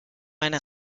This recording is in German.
meine